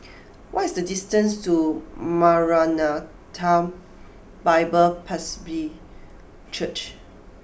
what is the distance to Maranatha Bible Presby Church